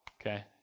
okay